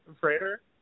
freighter